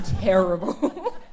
terrible